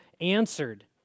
answered